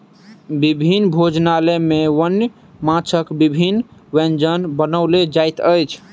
विभिन्न भोजनालय में वन्य माँछक विभिन्न व्यंजन बनाओल जाइत अछि